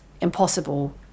impossible